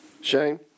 Shane